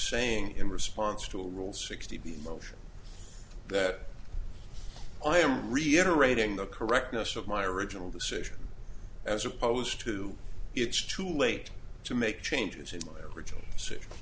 saying in response to a rule sixty b motion that i am reiterating the correctness of my original decision as opposed to it's too late to make changes in my original